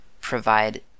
provide